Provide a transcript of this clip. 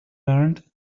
learned